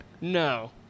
No